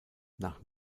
nach